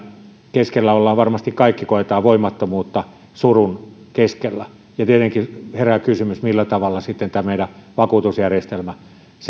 keskellä varmasti me kaikki koemme voimattomuutta surun keskellä ja tietenkin herää kysymys millä tavalla sitten tämä meidän vakuutusjärjestelmä